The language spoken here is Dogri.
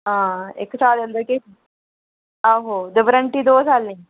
हां इक साल दे अंदर किश आहो ते ब्रंटी दो सालें दी